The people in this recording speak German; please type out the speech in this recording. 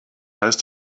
heißt